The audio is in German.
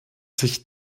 sich